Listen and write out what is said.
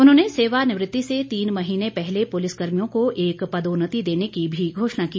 उन्होंने सेवानिवृत्ति से तीन महीने पहले पुलिस कर्मियों को एक पदोन्नति देने की भी घोषणा की